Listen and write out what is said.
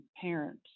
parents